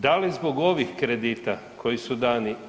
Da li zbog ovih kredita koji su dani?